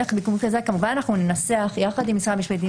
כמובן אנחנו ננסח יחד עם משרד המשפטים,